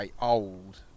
old